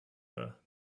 her